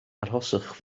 arhoswch